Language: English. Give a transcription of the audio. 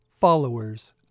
followers